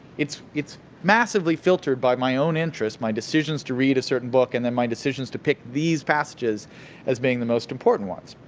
it's it's massively filtered by my own interests, my decisions to read a certain book and then my decisions to pick these passages as being the most important ones.